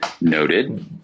noted